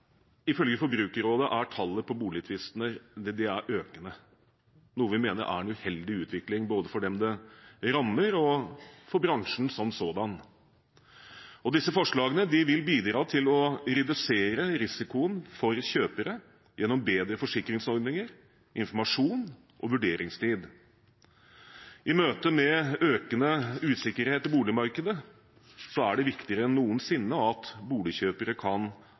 Ifølge Forbrukerrådet er tallet på boligtvister økende, noe vi mener er en uheldig utvikling, både for dem det rammer, og for bransjen som sådan. Disse forslagene vil bidra til å redusere risikoen for kjøperne gjennom bedre forsikringsordninger, informasjon og vurderingstid. I møte med økende usikkerhet i boligmarkedet er det viktigere enn noensinne at boligkjøpere kan